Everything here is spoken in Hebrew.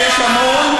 ויש המון,